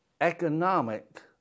economic